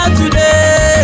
today